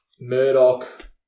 Murdoch